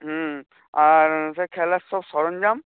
হুম আর স্যার খেলার সব সরঞ্জাম